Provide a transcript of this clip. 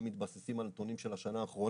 גם מתבססים על נתונים של השנה האחרונה,